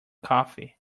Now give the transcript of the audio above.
coffee